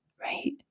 right